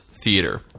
theater